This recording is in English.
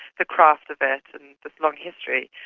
the craft of it and the long history.